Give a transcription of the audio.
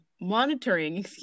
monitoring